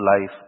life